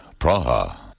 Praha. (